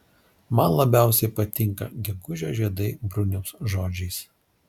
man labiausiai patinka gegužio žiedai bruniaus žodžiais